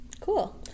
Cool